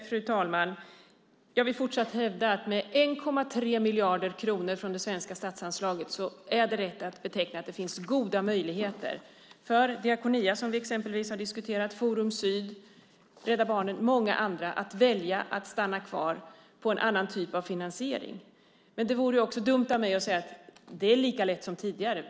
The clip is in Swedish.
Fru talman! Jag vill fortsatt hävda att med 1,3 miljarder kronor från det svenska statsanslaget är det rätt att beteckna det som goda möjligheter för Diakonia, som vi exempelvis har diskuterat, Forum Syd, Rädda Barnen och många andra att välja att stanna kvar men med en annan typ av finansiering. Det vore dumt av mig att säga att det är lika lätt som tidigare.